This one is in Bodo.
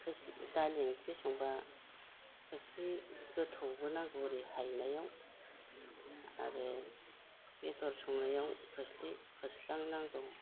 दालि ओंख्रि संब्ला खोस्लि गोथौबो नांगौ हायनायाव आरो बेदर संनायाव खोस्लि खोस्ला नांगौ